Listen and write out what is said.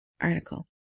article